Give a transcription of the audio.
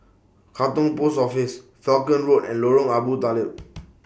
Katong Post Office Falkland Road and Lorong Abu Talib